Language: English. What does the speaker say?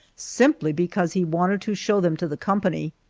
simply because he wanted to show them to the company.